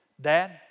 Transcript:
Dad